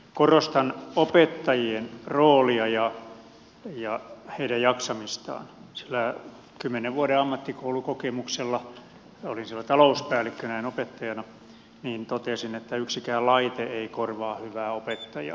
korostan opettajien roolia ja heidän jaksamistaan sillä kymmenen vuoden ammattikoulukokemuksella olin siellä talouspäällikkönä en opettajana toteaisin että yksikään laite ei korvaa hyvää opettajaa